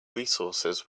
resources